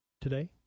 today